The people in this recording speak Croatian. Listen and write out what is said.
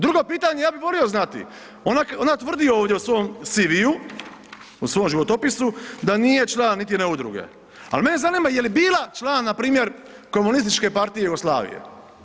Drugo pitanje, ja bi volio znati, ona tvrdi ovdje u CV-u u svom životopisu da nije član niti jedne udruge, a mene zanima jeli bila član npr. Komunističke partije Jugoslavije?